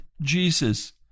Jesus